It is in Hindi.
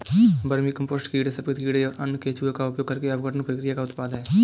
वर्मीकम्पोस्ट कीड़े सफेद कीड़े और अन्य केंचुए का उपयोग करके अपघटन प्रक्रिया का उत्पाद है